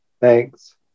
Thanks